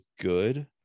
good